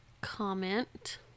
Comment